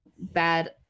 bad